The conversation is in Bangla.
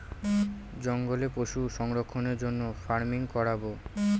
জঙ্গলে পশু সংরক্ষণের জন্য ফার্মিং করাবো